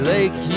Lake